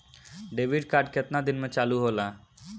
Debit card केतना दिन में चालु होला?